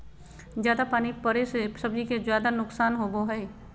जयादा पानी पड़े से सब्जी के ज्यादा नुकसान होबो हइ